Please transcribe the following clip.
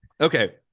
okay